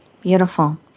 Beautiful